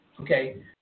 Okay